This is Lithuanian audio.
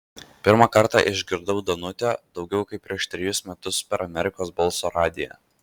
pirmą kartą išgirdau danutę daugiau kaip prieš trejus metus per amerikos balso radiją